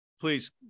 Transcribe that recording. please